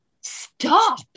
stop